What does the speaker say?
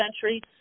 Century